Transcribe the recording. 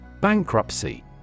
Bankruptcy